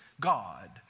God